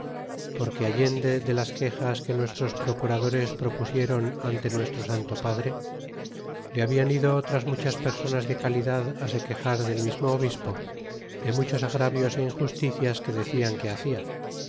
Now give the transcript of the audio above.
porque allende de las quexas que nuestros procuradores propusieron ante nuestro santo padre le habian ido otras muchas personas de calidad se quexar del mismo obispo de muchos agravios é injusticias que decian que hacia